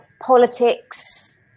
politics